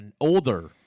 older